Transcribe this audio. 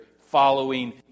following